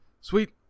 Sweet